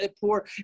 poor